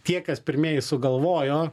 tie kas pirmieji sugalvojo